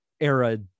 era